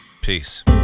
Peace